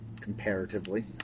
comparatively